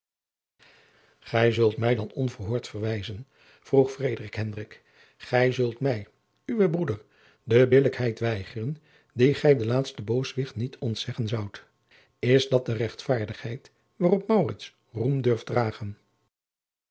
gij zult mij dan onverhoord verwijzen vroeg frederik hendrik gij zult mij uwen broeder de billijkheid weigeren die gij den laagsten booswicht niet ontzeggen zoudt is dat de rechtvaardigheid waarop maurits roem durft dragen